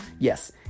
Yes